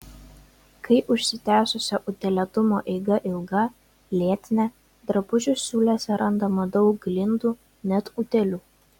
kai užsitęsusio utėlėtumo eiga ilga lėtinė drabužių siūlėse randama daug glindų net utėlių